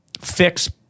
fix